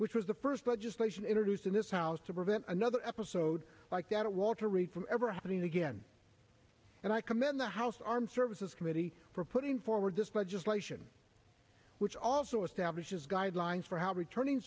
which was the first legislation introduced in this house to prevent another episode like that of walter reed from ever happening again and i commend the house armed services committee for putting forward this legislation which also establishes guidelines for how returning